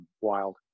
Wild